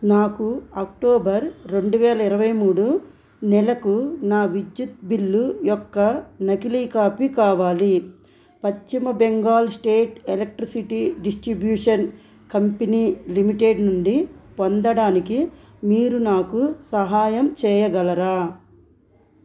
నాకు అక్టోబర్ రెండు వేల ఇరవై మూడు నెలకు నా విద్యుత్ బిల్లు యొక్క నకిలీ కాపీ కావాలి పశ్చిమ Bengal state electricity distribution company limited నుండి పొందడానికి మీరు నాకు సహాయం చేయగలరా